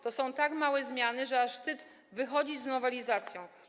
To są tak małe zmiany, że aż wstyd wychodzić z nowelizacją.